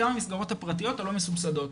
גם המסגרות הפרטיות הלא מסובסדות.